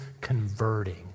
converting